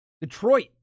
Detroit